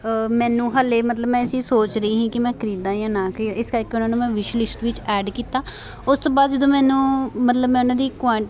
ਮੈਨੂੰ ਹਾਲੇ ਮਤਲਬ ਮੈਂ ਇਹ ਚੀਜ਼ ਸੋਚ ਰਹੀ ਸੀ ਕਿ ਮੈਂ ਖਰੀਦਾਂ ਜਾਂ ਨਾ ਖਰੀਦਾਂ ਇਸ ਕਰਕੇ ਮੈਂ ਉਹਨਾਂ ਨੂੰ ਮੈਂ ਵਿਸ਼ਲਿਸਟ ਵਿੱਚ ਐਡ ਕੀਤਾ ਉਸ ਤੋਂ ਬਾਅਦ ਜਦੋਂ ਮੈਨੂੰ ਮਤਲਬ ਮੈਂ ਉਹਨਾਂ ਦੀ ਕੁਆਂ